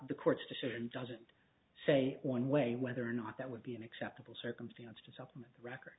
the court's decision doesn't say one way whether or not that would be an acceptable circumstance to supplement